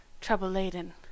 trouble-laden